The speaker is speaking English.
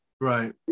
Right